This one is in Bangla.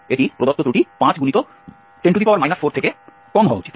এটি প্রদত্ত ত্রুটি 5×10 4 থেকে কম হওয়া উচিত